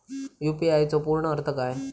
UPI चो पूर्ण अर्थ काय?